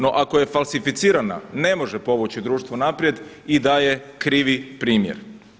No ako je falsificirana ne može povući društvo naprijed i daje krivi primjer.